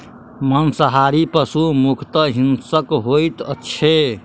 मांसाहारी पशु मुख्यतः हिंसक होइत छै